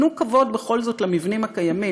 תנו כבוד בכל זאת למבנים הקיימים,